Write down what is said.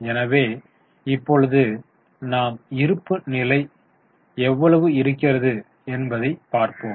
எனவே இப்பொழுது நாம் இருப்புநிலை எவ்வளவு இருக்கிறது என்பதை பார்ப்போம்